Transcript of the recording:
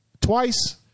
twice